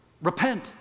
repent